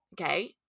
okay